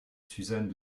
suzanne